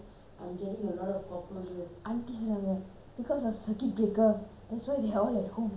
aunty சொன்னாங்க:sonnaga because of circuit breaker that's why they all at home that's why all the cockroaches coming lor